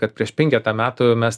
kad prieš penketą metų mes